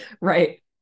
Right